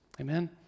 Amen